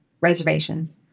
reservations